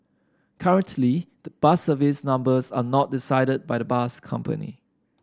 currently the bus service numbers are not decided by the bus company